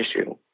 issue